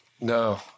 No